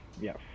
Yes